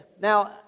Now